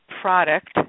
product